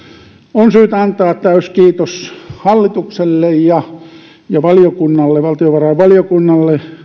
on syytä antaa täysi kiitos hallitukselle ja valtiovarainvaliokunnalle